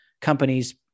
Companies